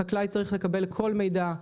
חקלאי צריך לקבל כל מידע,